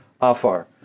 Afar